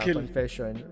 confession